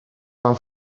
van